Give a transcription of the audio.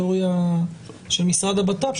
בטריטוריה של משרד הבט"פ.